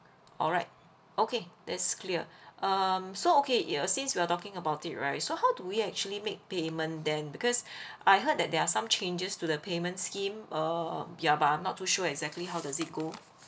all right okay that's clear um so okay yea since we are talking about it right so how do we actually make payment then because I heard that there are some changes to the payment scheme or ya but I'm not too sure exactly how does it go